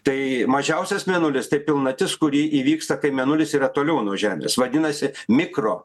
tai mažiausias mėnulis pilnatis kuri įvyksta kai mėnulis yra toliau nuo žemės vadinasi mikro